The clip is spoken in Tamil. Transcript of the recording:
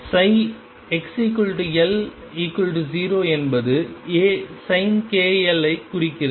xL0 என்பது A sin kL ஐ குறிக்கிறது